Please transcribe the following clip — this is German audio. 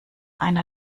einer